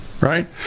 right